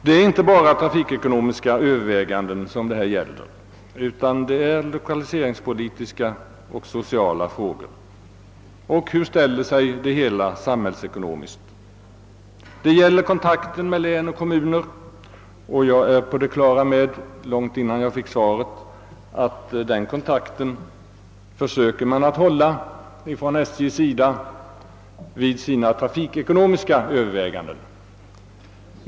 Det är inte bara trafikekonomiska överväganden det här gäller, utan det är lokaliseringspolitiska och sociala frågor. Hur ställer sig det hela samhällsekonomiskt? Det gäller kontakten med län och kommuner, och jag har varit på det klara med långt innan jag fick svaret att SJ försöker hålla den kontakten vid sina trafikekonomiska överväganden.